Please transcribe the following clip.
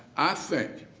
i think